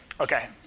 Okay